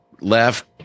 left